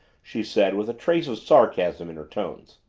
she said with a trace of sarcasm in her tones.